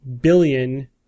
billion